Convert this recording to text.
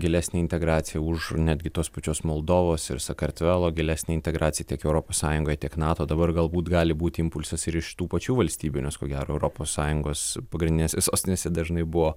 gilesnę integraciją už netgi tos pačios moldovos ir sakartvelo gilesnę integraciją tiek europos sąjungoj tiek nato dabar galbūt gali būti impulsas ir iš tų pačių valstybių nes ko gero europos sąjungos pagrindinėse sostinėse dažnai buvo